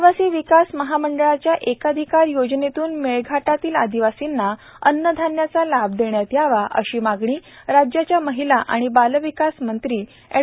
आदिवासी विकास महामंडळाच्या एकाधिकार योजनेतून मेळघाटातील आदिवासींना अन्नधान्याचा लाभ देण्यात यावा अशी मागणी राज्याच्या महिला आणि बालविकास मंत्री एड